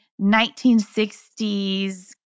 1960s